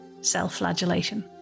self-flagellation